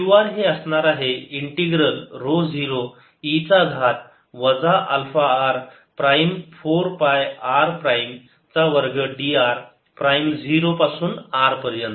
q r असणार आहे integral rho 0 e चा घात वजा alpha r prime 4 pi r prime चा वर्ग d r प्राईम 0 पासून r पर्यंत